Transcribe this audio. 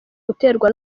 guterwa